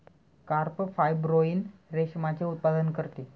carp fibroin रेशमाचे उत्पादन करते